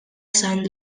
san